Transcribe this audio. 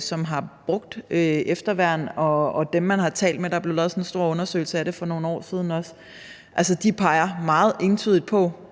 som har brugt efterværn, og dem, man har talt med – der er blevet lavet sådan en stor undersøgelse af det for nogle år siden – peger meget entydigt på,